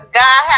god